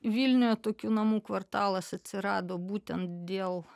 vilniuje tokių namų kvartalas atsirado būtent dėl